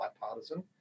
bipartisan